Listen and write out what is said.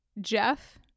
Jeff